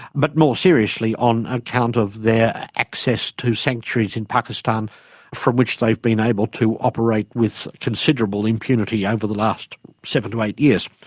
but more seriously on account of their access to sanctuaries in pakistan from which they've been able to operate with considerable impunity over the last seven to eight years.